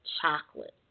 chocolate